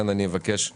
אני מבקש מאייל,